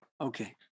Okay